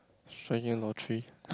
lottery